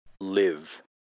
live